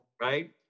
right